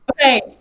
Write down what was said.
Okay